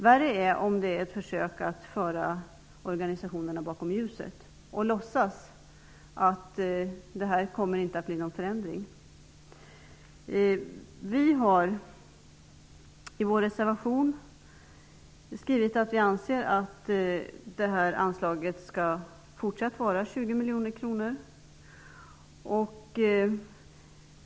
Värre är om detta är ett försök att föra organisationerna bakom ljuset och låtsas att det inte kommer att bli någon förändring. Vi har i vår reservation skrivit att vi anser att det här anslaget fortsatt bör vara på 20 miljoner kronor.